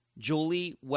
Julie